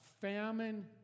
famine